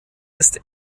ist